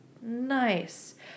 nice